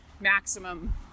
maximum